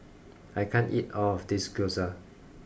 I can't eat all of this Gyoza